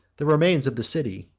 the remains of the city,